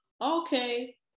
Okay